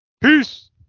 Peace